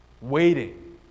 waiting